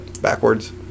backwards